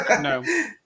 No